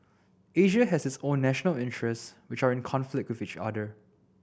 Asia has its own national interests which are in conflict with each other